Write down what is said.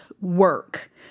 work